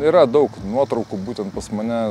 yra daug nuotraukų būtent pas mane